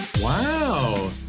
Wow